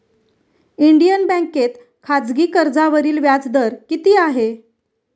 Indian बँकेत खाजगी कर्जावरील व्याजदर किती आहे?